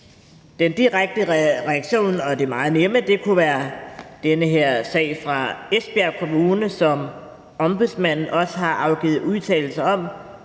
Den direkte reaktion, og det meget nemme, kunne være den her sag fra Esbjerg Kommune, som Ombudsmanden også har afgivet udtalelser om,